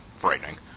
frightening